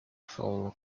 sole